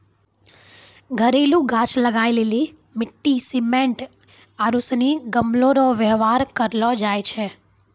घरेलू गाछ लगाय लेली मिट्टी, सिमेन्ट आरू सनी गमलो रो वेवहार करलो जाय छै